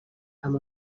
amb